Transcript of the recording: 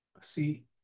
See